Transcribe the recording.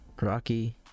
Rocky